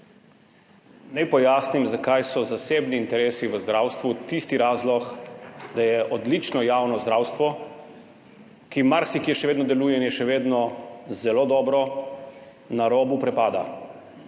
Naj pojasnim, zakaj so zasebni interesi v zdravstvu tisti razlog, zaradi katerega je odlično javno zdravstvo, ki marsikje še vedno deluje in je še vedno zelo dobro, na robu prepada.